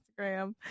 Instagram